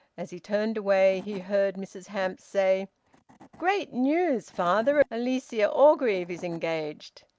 as he turned away he heard mrs hamps say great news, father! alicia orgreave is engaged!